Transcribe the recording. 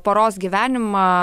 poros gyvenimą